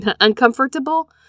uncomfortable